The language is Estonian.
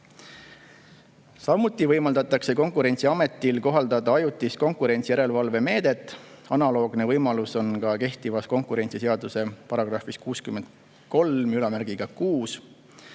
Samuti võimaldatakse Konkurentsiametil kohaldada ajutist konkurentsijärelevalvemeedet. Analoogne võimalus on kehtivas konkurentsiseaduse §-s 636.